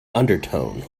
undertone